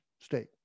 state